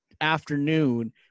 afternoon